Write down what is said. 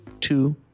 two